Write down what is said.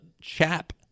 Chap